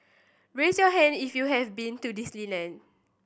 raise your hand if you have been to Disneyland